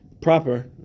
proper